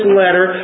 letter